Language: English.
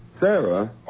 Sarah